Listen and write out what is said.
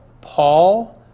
Paul